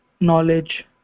knowledge